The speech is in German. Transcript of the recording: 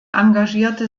engagierte